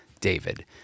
David